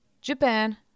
Japan